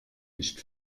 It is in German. nicht